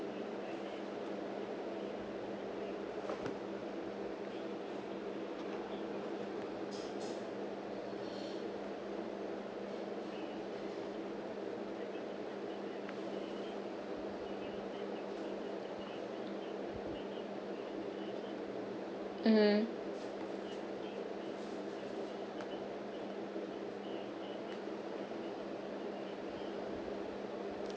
mmhmm